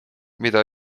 mida